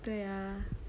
对 ah